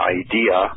idea